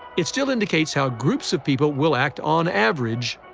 it still indicates how groups of people will act on average,